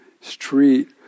street